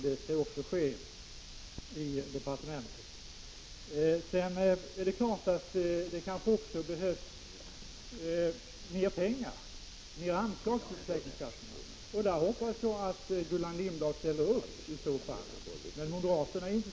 Det skall också ske i departementet. Det är klart att det kanske även behövs mer pengar, större anslag, till försäkringskassorna. Jag hoppas att Gullan Lindblad i så fall ställer upp.